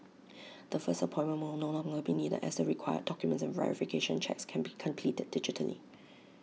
the first appointment will no longer be needed as the required documents and verification checks can be completed digitally